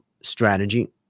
strategy